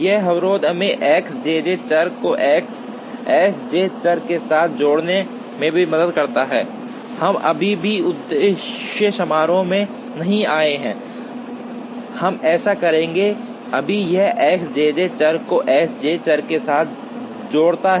यह अवरोध हमें X jj चर को S j चर के साथ जोड़ने में भी मदद करता है हम अभी भी उद्देश्य समारोह में नहीं आए हैं हम ऐसा करेंगे अभी यह X jj चर को S j चर के साथ जोड़ता है